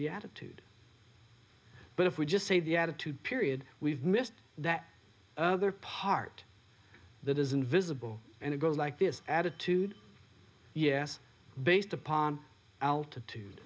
the attitude but if we just say the attitude period we've missed that other part that is invisible and it goes like this attitude yes based upon altitude